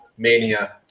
Mania